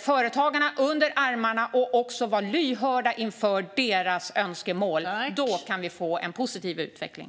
företagarna under armarna - och också vara lyhörda inför deras önskemål! Då kan vi få en positiv utveckling.